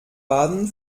baden